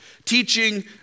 Teaching